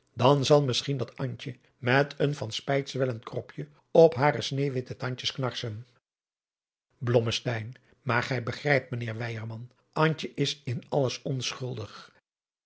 dan zal misschien dat antje met een van spijt zwellend kropje op hare sneeuwwitte tandjes knarsen blommesteyn maar gij begrijpt mijnheer weyerman antje is in alles onschuldig